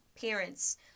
parents